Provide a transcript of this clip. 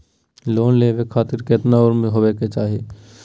Loan लेवे खातिर केतना उम्र होवे चाही?